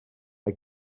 mae